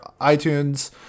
itunes